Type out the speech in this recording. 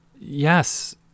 yes